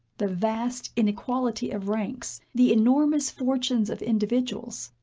the vast inequality of ranks, the enormous fortunes of individuals,